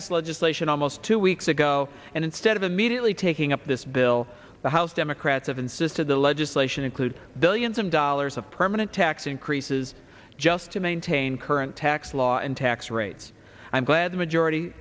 this legislation almost two weeks ago and instead of immediately taking up this bill the house democrats have insisted the legislation include billions of dollars of permanent tax increases just to maintain current tax law and tax rates i'm glad the majority